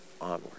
onward